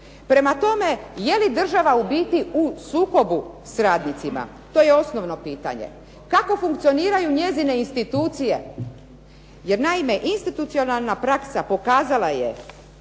Prema tome, je li država u biti u sukobu s radnicima to je osnovno pitanje. Kako funkcioniraju njene institucije? Jer naime, institucionalna praksa pokazala je